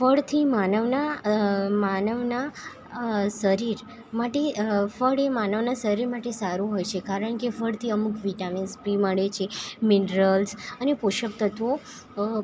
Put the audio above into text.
ફળથી માનવના માનવના શરીર માટે ફળ એ માનવના શરીર માટે સારું હોય છે કારણકે ફળથી અમુક વિટામીન્સ બી મળે છે મીનરલ્સ અને પોષક તત્વો